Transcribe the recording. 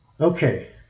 Okay